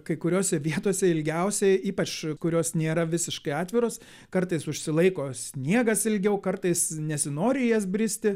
kai kuriose vietose ilgiausiai ypač kurios nėra visiškai atviros kartais užsilaiko sniegas ilgiau kartais nesinori į jas bristi